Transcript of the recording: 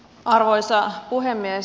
arvoisa puhemies